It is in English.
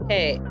Hey